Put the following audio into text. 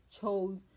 chose